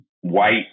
white